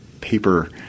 paper